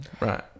Right